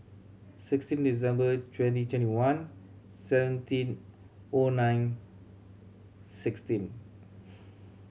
sixteen December twenty twenty one seventeen O nine sixteen